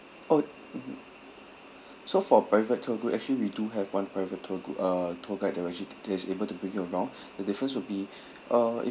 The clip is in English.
oh so for private tour group actually we do have one private tour group uh tour guide that will actually that is able to bring you around the difference will be uh